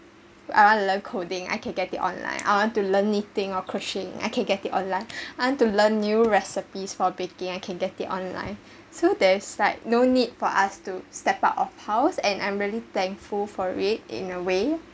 I want to learn coding I can get it online I want to learn knitting or crocheting I can get it online I want to learn new recipes for baking I can get it online so there's like no need for us to step out of house and I'm really thankful for it in a way